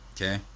Okay